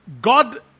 God